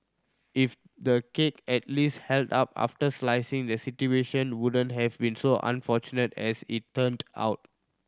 if the cake at least held up after slicing the situation wouldn't have been so unfortunate as it turned out